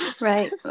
Right